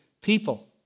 people